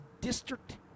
District